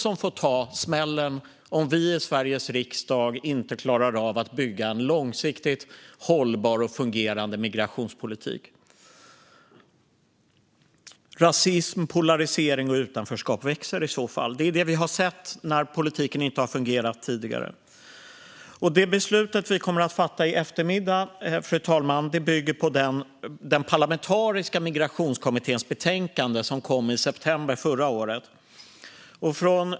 Om vi i Sveriges riksdag inte klarar av att bygga en långsiktigt hållbar och fungerande migrationspolitik kommer de att få ta smällen. Rasism, polarisering och utanförskap växer i så fall. Det är det vi har sett när politiken inte har fungerat tidigare. Det beslut som vi kommer att fatta i eftermiddag, fru talman, bygger på den parlamentariska migrationskommitténs betänkande, som kom i september förra året.